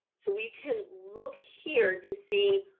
so we can look here to see